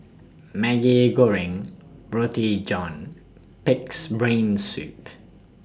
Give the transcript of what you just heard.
Maggi Goreng Roti John Pig'S Brain Soup